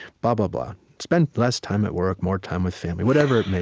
blah, blah, blah. spend less time at work, more time with family, whatever it